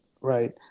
right